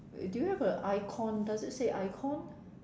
do you have a icon does it say icon